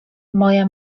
moja